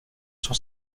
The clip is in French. sur